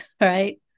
Right